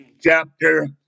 chapter